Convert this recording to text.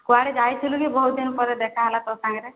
କୁଆଡ଼େ ଯାଇଥିଲୁ କି ବହୁତ ଦିନ ପରେ ଦେଖା ହେଲା ତୋ ସାଙ୍ଗରେ